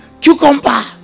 Cucumber